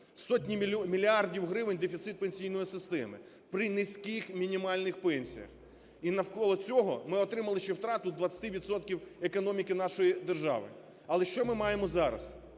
сотні мільярдів гривень дефіцит пенсійної системи при низьких мінімальних пенсіях і навколо цього ми отримали ще втрату 20 відсотків економіки нашої держави. Але що ми маємо зараз?